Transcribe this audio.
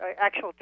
actual